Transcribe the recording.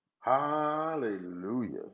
hallelujah